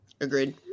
Agreed